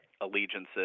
allegiances